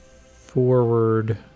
forward